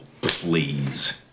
please